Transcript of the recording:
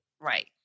right